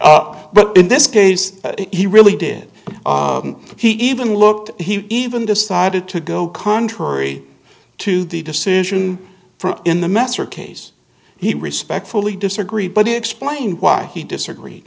up but in this case he really did he even looked he even decided to go contrary to the decision from in the messer case he respectfully disagree but explain why he disagree